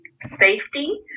safety